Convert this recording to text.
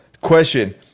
question